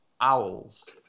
owls